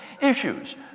Issues